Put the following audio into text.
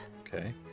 Okay